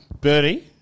Birdie